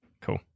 Cool